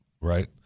right